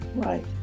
Right